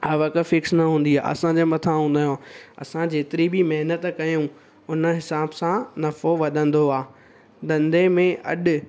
आवक फिक्स न हूंदी आहे असांजे मथा हूंदा आयो असां जेतिरी बि महिनतु कयूं उन हिसाबु सां नफ़ो वधंदो आहे धंधे में अॾु